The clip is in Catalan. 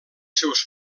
seus